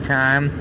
time